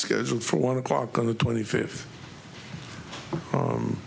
scheduled for one o'clock on the twenty fifth